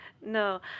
No